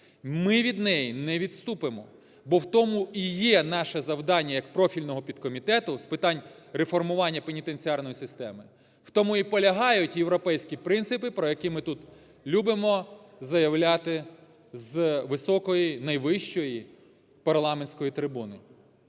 Ми від неї не відступимо, бо в тому і є наше завдання як профільного підкомітету з питань реформування пенітенціарної системи, в тому і полягають європейські принципи, про які ми тут любимо заявляти з високої, найвищої парламентської трибуни.